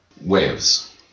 Waves